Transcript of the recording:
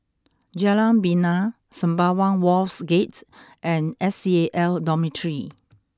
Jalan Bena Sembawang Wharves Gate and S C A L Dormitory